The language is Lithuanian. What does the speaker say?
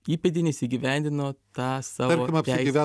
įpėdinis įgyvendino tą savo teisę